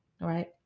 right